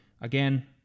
again